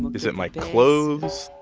is it my clothes?